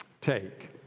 Take